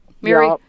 Mary